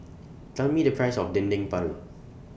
Tell Me The Price of Dendeng Paru